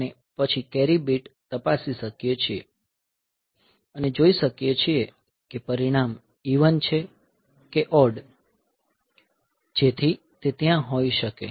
આપણે પછી carry bit તપાસી શકીએ છીએ અને જોઈ શકીએ છીએ કે પરિણામ ઇવન છે કે ઓડ છે જેથી તે ત્યાં હોઈ શકે